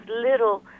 little